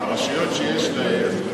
רשויות שיש להן,